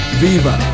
viva